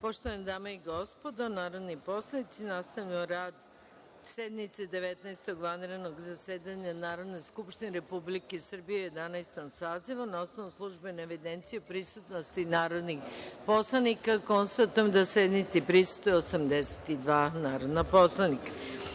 Poštovane dame i gospodo narodni poslanici, nastavljamo rad sednice Devetnaestog vanrednog zasedanja Narodne skupštine Republike Srbije u Jedanaestom sazivu. Na osnovu službene evidencije o prisutnosti narodnih poslanika, konstatujem da sednici prisustvuje 82 narodna poslanika. Radi